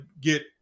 get